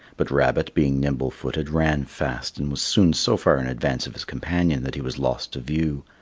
but rabbit, being nimble-footed, ran fast and was soon so far in advance of his companion that he was lost to view.